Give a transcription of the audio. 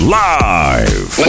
live